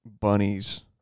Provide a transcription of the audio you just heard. bunnies